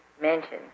mentioned